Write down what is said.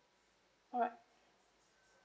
alright